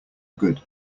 good